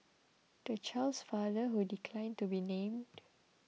the child's father who declined to be named